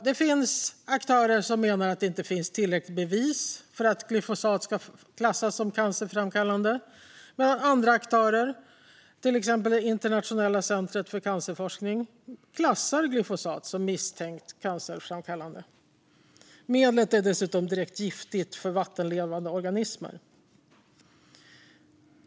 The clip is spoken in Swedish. Det finns aktörer som menar att det inte finns tillräckligt med bevis för att glyfosat ska klassas som cancerframkallande, medan andra aktörer, till exempel det internationella centret för cancerforskning, klassar glyfosat som misstänkt cancerframkallande. Medlet är dessutom direkt giftigt för vattenlevande organismer.